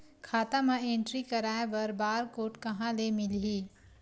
खाता म एंट्री कराय बर बार कोड कहां ले मिलही?